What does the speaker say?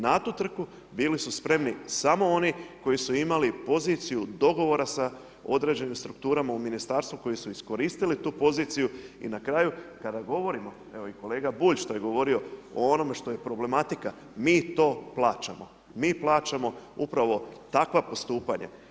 Na tu trku bili su spremni samo oni koji su imali poziciju dogovora sa određenim strukturama u ministarstvu koji su iskoristili tu poziciju i na kraju kada govorimo, evo i kolega Bulj što je govorio o onome što je problematika, mi to plaćamo, mi plaćamo upravo takva postupanja.